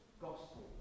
gospel